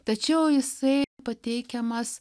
tačiau jisai pateikiamas